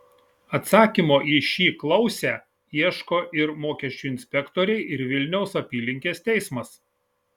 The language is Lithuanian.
atsakymo į šį klausią ieško ir mokesčių inspektoriai ir vilniaus apylinkės teismas